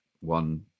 one